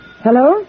Hello